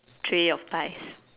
tray of pies